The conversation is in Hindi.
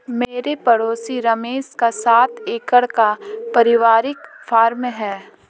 मेरे पड़ोसी रमेश का सात एकड़ का परिवारिक फॉर्म है